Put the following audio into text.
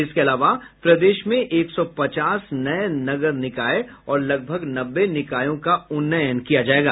इसके अलावा प्रदेश में एक सौ पचास नये नगर निकाय और लगभग नब्बे निकायों का उन्नयन किया जायेगा